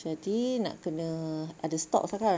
jadi nak kena ada stocks lah kan